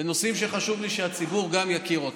בנושאים שחשוב לי שגם הציבור יכיר אותם.